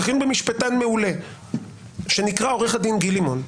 זכינו במשפטן מעולה שנקרא עורך הדין גיל לימון.